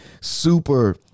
super